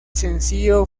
sencillo